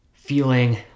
Feeling